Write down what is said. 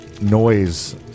noise